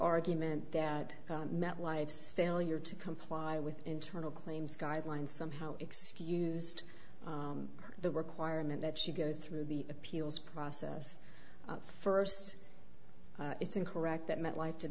argument that metlife failure to comply with internal claims guidelines somehow excused the requirement that she go through the appeals process first it's incorrect that metlife did